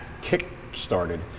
kick-started